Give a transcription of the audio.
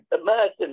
imagine